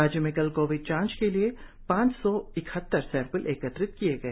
राज्य में कल कोविड जांच के लिए पांच सौ इकहत्तर सैंपल एकत्र किए गए